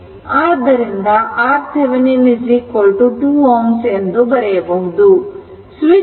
ಆದ್ದರಿಂದ RThevenin 2 Ω ಎಂದು ಬರೆಯಬಹುದು